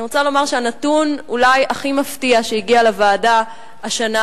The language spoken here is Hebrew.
אני רוצה לומר שהנתון אולי הכי מפתיע שהגיע לוועדה השנה,